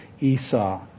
Esau